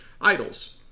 idols